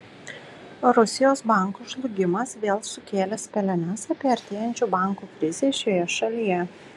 rusijos bankų žlugimas vėl sukėlė spėliones apie artėjančių bankų krizę šioje šalyje